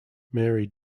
mary